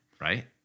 Right